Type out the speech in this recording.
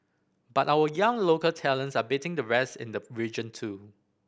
but our young local talents are beating the rest in the region too